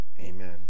Amen